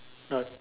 ya